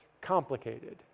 complicated